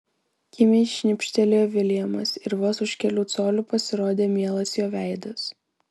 kimiai šnibžtelėjo viljamas ir vos už kelių colių pasirodė mielas jo veidas